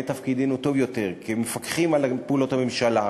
את תפקידנו טוב יותר כמפקחים על פעולות הממשלה?